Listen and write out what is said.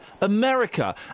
America